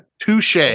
Touche